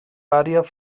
varias